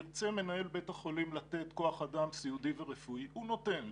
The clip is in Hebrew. ירצה מנהל בית החולים לתת כוח אדם סיעודי ורפואי הוא נותן,